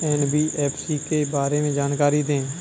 NBFC के बारे में जानकारी दें?